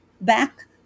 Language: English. back